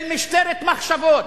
של משטרת מחשבות,